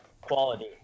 quality